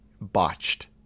Botched